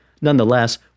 Nonetheless